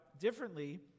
Differently